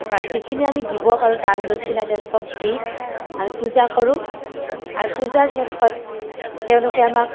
বা যিখিনি আমি দিব পাৰো দান দক্ষিণা তেওঁলোকক দি আমি পূজা কৰোঁ আৰু পূজাৰ শেষত তেওঁলোকে আমাক